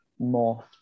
morphed